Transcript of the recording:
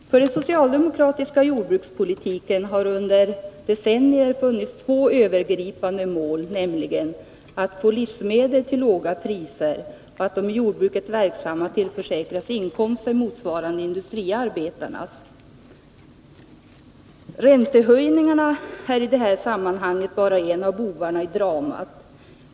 Herr talman! För den socialdemokratiska jordbrukspolitiken har det under decennier funnits två övergripande mål, nämligen att vi skall få livsmedel till låga priser och att de i jordbruket verksamma skall tillförsäkras inkomster motsvarande industriarbetarnas. Räntehöjningarna är i detta sammanhang bara en av bovarna i dramat.